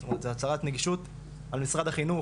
זאת אומרת זו הצהרת נגישות על משרד החינוך,